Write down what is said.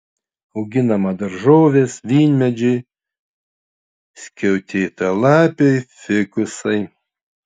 auginama daržovės vynmedžiai skiautėtalapiai fikusai